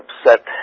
upset